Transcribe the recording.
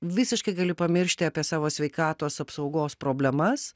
visiškai gali pamiršti apie savo sveikatos apsaugos problemas